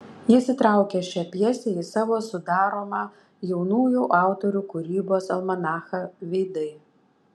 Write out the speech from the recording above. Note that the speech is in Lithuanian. jis įtraukė šią pjesę į savo sudaromą jaunųjų autorių kūrybos almanachą veidai